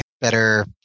better